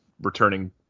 returning